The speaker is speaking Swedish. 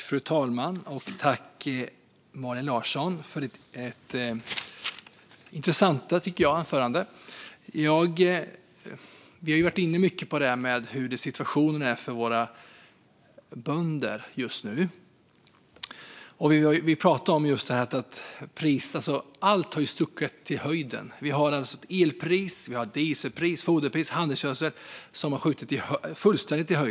Fru talman! Tack för ditt intressanta anförande, Malin Larsson! Vi har ju varit inne mycket på hur situationen är för våra bönder just nu. Vi pratade om att allt har skjutit i höjden - elpriset, dieselpriset, foderpriser och priset på handelsgödsel har skjutit i höjden fullständigt.